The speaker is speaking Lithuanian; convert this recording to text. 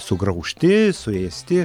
sugraužti suėsti